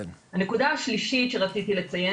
הנקודה השלישית שרציתי לציין,